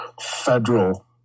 federal